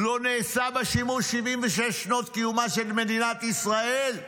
לא נעשה בה שימוש ב-76 שנות קיומה של מדינת ישראל.